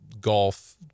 golf